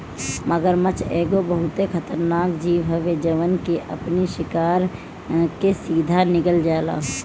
मगरमच्छ एगो बहुते खतरनाक जीव हवे जवन की अपनी शिकार के सीधा निगल जाला